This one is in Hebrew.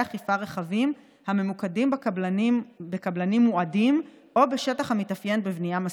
אכיפה רחבים הממוקדים בקבלנים מועדים או בשטח המתאפיין בבנייה מסיבית.